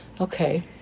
Okay